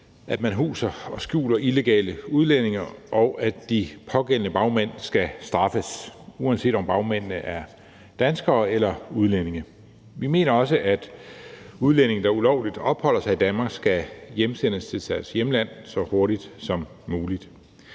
man huser og skjuler illegale udlændinge, og at de pågældende bagmænd skal straffes, uanset om bagmændene er danskere eller udlændinge. Vi mener også, at udlændinge, der ulovligt opholder sig i Danmark, skal sendes hjem til deres hjemland så hurtigt som muligt.